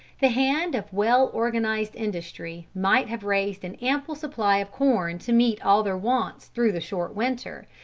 the hand of well-organised industry might have raised an ample supply of corn to meet all their wants through the short winter.